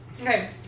Okay